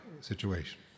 situation